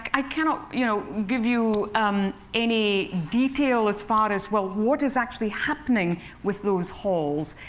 i cannot you know give you any detail as far as what what is actually happening with those halls,